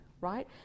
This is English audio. right